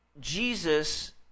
Jesus